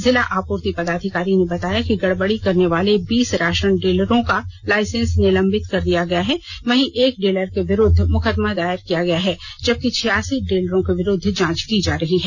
जिला आपूर्ति पदाधिकारी ने बताया कि गड़बड़ी करनेवाले बीस राषन डीलरों का लाइसेंस निलंबित कर दिया गया है वहीं एक डीलर के विरूद्व मुकदमा दायर किया गया है जबकि छियासी डीलरों के विरुद्व जाँच की जा रही है